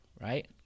right